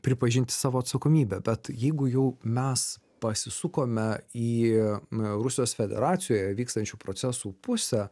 pripažinti savo atsakomybę bet jeigu jau mes pasisukome į rusijos federacijoje vykstančių procesų pusę